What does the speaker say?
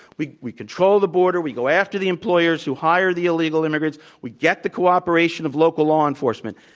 we we control the border, we go after the employers who hire the illegal immigrants. we get the cooperation of local law enforcement.